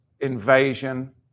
Invasion